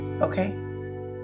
Okay